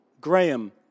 Graham